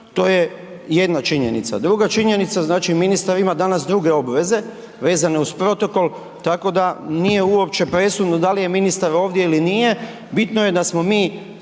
to je jedna činjenica. Druga činjenica znači ministar ima danas druge obveze vezane uz protokol tako da nije uopće presudno da li je ministar ovdje ili nije, bitno je da smo mi